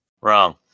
Wrong